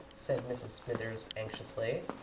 said mrs. smithers, anxiously.